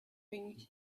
thing